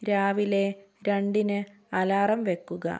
രാവിലെ രണ്ടിന് അലാറം വെക്കുക